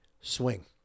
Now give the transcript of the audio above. swing